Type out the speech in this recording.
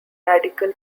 radical